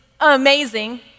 amazing